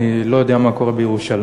אני לא יודע מה קורה בירושלים,